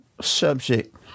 subject